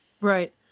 Right